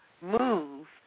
move